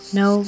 no